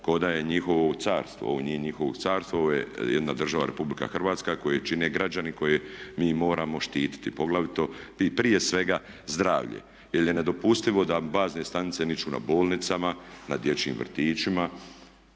ko da je njihovo carstvo. Ovo nije njihovo carstvo, ovo je jedna država Republika Hrvatska koju čine građani koje mi moramo štititi poglavito i prije svega zdravlje. Jer je nedopustivo da bazne stanice niču na bolnicama, na dječjim vrtićima.